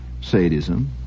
sadism